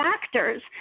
factors